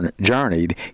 journeyed